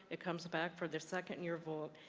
it comes back for the second year volt.